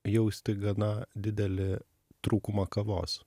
jausti gana didelį trūkumą kavos